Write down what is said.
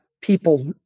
people